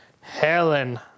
Helen